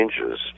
changes